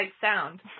sound